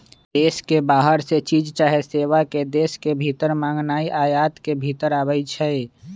देश के बाहर से चीज चाहे सेवा के देश के भीतर मागनाइ आयात के भितर आबै छइ